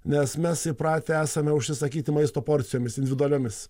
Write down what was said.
nes mes įpratę esame užsisakyti maisto porcijomis individualiomis